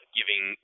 giving